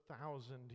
thousand